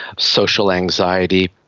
social anxiety,